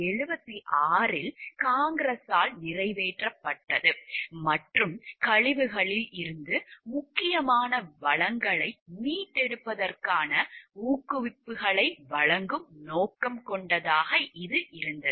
RCRA 1976 இல் காங்கிரஸால் நிறைவேற்றப்பட்டது மற்றும் கழிவுகளில் இருந்து முக்கியமான வளங்களை மீட்டெடுப்பதற்கான ஊக்குவிப்புகளை வழங்கும் நோக்கம் கொண்டது